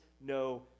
no